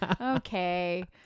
okay